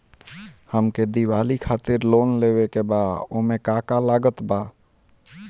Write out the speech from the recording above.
हमके दिवाली खातिर लोन लेवे के बा ओमे का का लागत बा?